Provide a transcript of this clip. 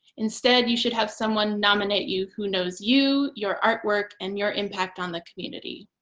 instead, you should have someone nominate you who knows you your artwork and your impact on the community.